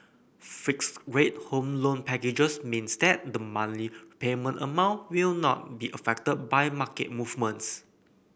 fixed rate home loan packages means that the monthly repayment amount will not be affected by market movements